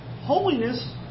holiness